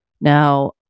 Now